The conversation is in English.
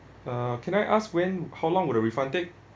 uh can I ask when how long would the refund take